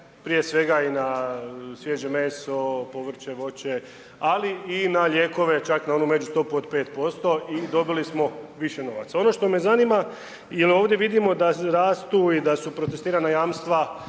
prije svega i na svježe meso, povrće, voće, ali i na lijekove čak na onu međustopu od 5% i dobili smo više novaca. Ono što me zanima jel ovdje vidimo da rastu i da su protestirana jamstva